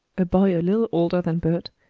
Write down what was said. a boy a little older than bert,